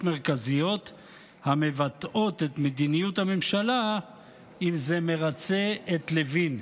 מרכזיות המבטאות את מדיניות הממשלה אם זה מרצה את לוין,